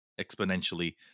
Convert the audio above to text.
exponentially